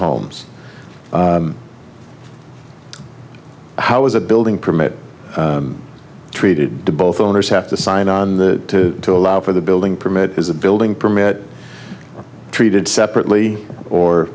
homes how is a building permit treated both owners have to sign on the to allow for the building permit is a building permit treated separately or